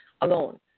alone